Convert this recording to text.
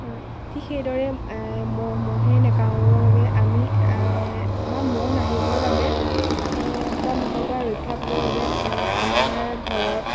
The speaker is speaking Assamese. ঠিক সেইদৰে মহ মহে নাকামুৰিবৰ বাবে আমি বা মহ নাহিবৰ বাবে এ বা মহৰ পৰা ৰক্ষা পাবৰ বাবে এ আমাৰ ঘৰত